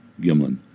Gimlin